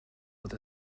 with